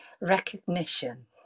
Recognition